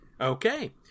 Okay